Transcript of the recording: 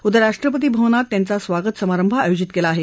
उद्या राष्ट्रपती भवनात त्यांचा स्वागत समारंभ आयोजित केला आहे